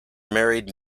married